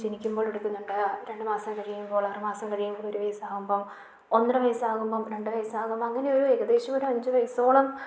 ജനിക്കുമ്പോൾ എടുക്കുന്നുണ്ട് രണ്ട് മാസം കഴിയുമ്പോൾ അറ് മാസം കഴിയുമ്പോൾ ഒരു വയസ്സകുമ്പോൾ ഒന്നര വയസ്സകുമ്പം രണ്ട് വയസ്സകുമ്പോൾ അങ്ങനെ ഒരു ഏകദേശം ഒരു അഞ്ച് വയസ്സോളം